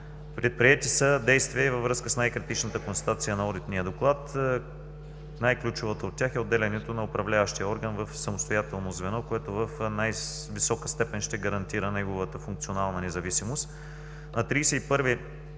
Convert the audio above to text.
Предприети са действия във връзка с най-критичната констатация на одитния доклад. Най-ключовата от тях е отделянето на управляващия орган в самостоятелно звено, което в най-висока степен ще гарантира неговата функционална независимост.